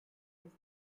has